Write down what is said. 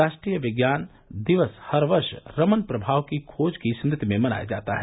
राष्ट्रीय विज्ञान दिवस हर वर्ष रमन प्रभाव की खोज की स्मृति में मनाया जाता है